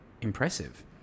impressive